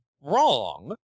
wrong